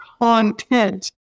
content